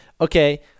Okay